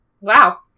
Wow